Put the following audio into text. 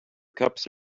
cups